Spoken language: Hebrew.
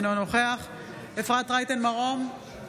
אינו נוכח אפרת רייטן מרום,